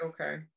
Okay